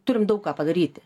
turim daug ką padaryti